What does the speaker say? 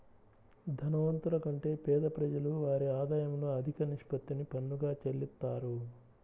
ధనవంతుల కంటే పేద ప్రజలు వారి ఆదాయంలో అధిక నిష్పత్తిని పన్నుగా చెల్లిత్తారు